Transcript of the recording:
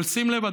אבל שים לב,